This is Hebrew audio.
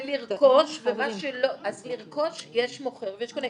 אז לרכוש יש מוכר ויש קונה,